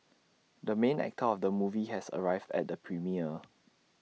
the main actor of the movie has arrived at the premiere